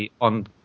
On